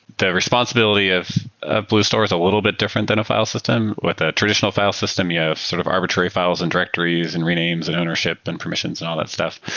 the responsibility of ah blue store is a little bit different than a file system. with a traditional file system, you have sort of arbitrary files and directories and renames and ownership and permissions and all that stuff.